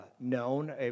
known